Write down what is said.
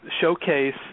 showcase